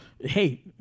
hey